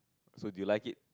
so do you like it